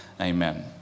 amen